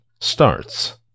starts